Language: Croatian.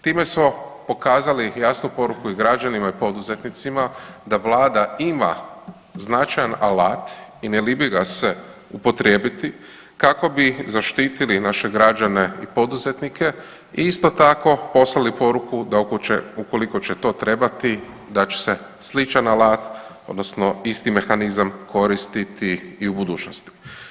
Time smo pokazali jasnu poruku i građanima i poduzetnicima da vlada ima značajan alat i ne libi ga se upotrijebiti kako bi zaštitili naše građane i poduzetnike i isto tako poslali poruku da ukoliko će to trebati da će se sličan alat odnosno isti mehanizam koristiti i u budućnosti.